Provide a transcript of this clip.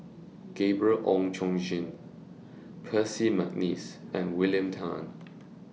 Gabriel Oon Chong Jin Percy Mcneice and William Tan